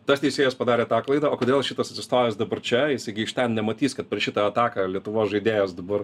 tas teisėjas padarė tą klaidą o kodėl šitas atsistojęs dabar čia jisai gi iš ten nematys kad per šitą ataką lietuvos žaidėjas dabar